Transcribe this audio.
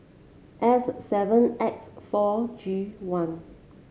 S seven X four G one